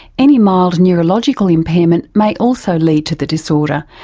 any mild neurological impairment may also lead to the disorder,